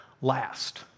last